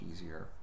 easier